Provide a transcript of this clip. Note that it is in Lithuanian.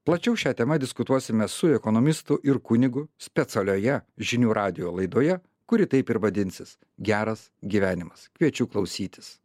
plačiau šia tema diskutuosime su ekonomistu ir kunigu specialioje žinių radijo laidoje kuri taip ir vadinsis geras gyvenimas kviečiu klausytis